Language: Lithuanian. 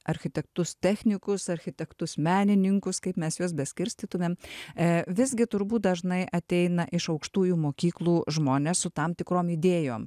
architektus technikus architektus menininkus kaip mes juos be skirstytumėme e visgi turbūt dažnai ateina iš aukštųjų mokyklų žmonės su tam tikrom idėjom